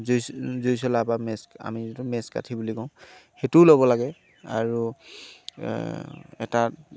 জুই জুইচলা বা মেছ আমি যিটো মেছ কাঠি বুলি কওঁ সেইটোও ল'ব লাগে আৰু এটা